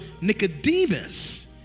Nicodemus